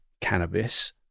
cannabis